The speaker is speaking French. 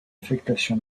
affectation